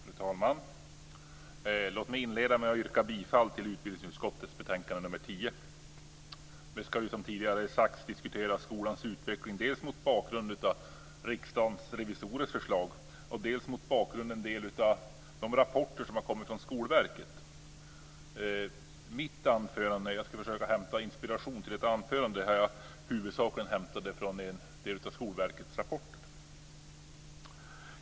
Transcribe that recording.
Fru talman! Låt mig inleda med att yrka bifall till hemställan i utbildningsutskottets betänkande nr 10. Vi ska som tidigare sagts diskutera skolans utveckling dels mot bakgrund av Riksdagens revisorers förslag, dels mot bakgrund av en del rapporter som har kommit från Skolverket. Jag har huvudsakligen hämtat inspiration till mitt anförande från en av Skolverkets rapporter.